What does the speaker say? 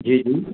जी जी